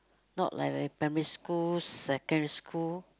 not like when primary secondary school